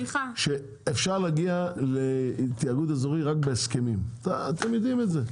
שאפשר להגיע לתיאגוד אזורי רק בהסכמים אתם יודעים את זה,